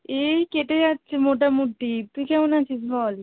এই কেটে যাচ্ছে মোটামুটি তুই কেমন আছিস বল